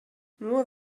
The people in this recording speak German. nur